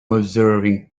observing